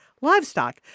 livestock